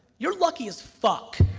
you're lucky as fuck.